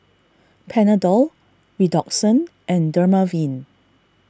Panadol Redoxon and Dermaveen